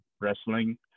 wrestling